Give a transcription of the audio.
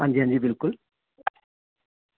हां जी हां जी बिलकुल